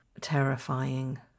terrifying